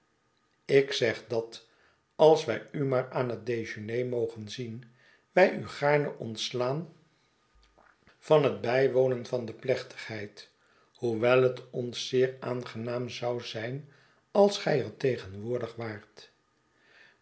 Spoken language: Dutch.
ik zeg dat als wij u maar aan het dejeuner mogen zien wij u gaarne ontslaan van hetbijwonen van de plechtigheid hoewel het ons zeer aangenaam zou zijn als gij er by tegenwoordig waart